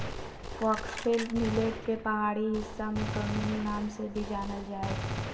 foxtail millet के पहाड़ी हिस्सा में कंगनी नाम से भी जानल जा हइ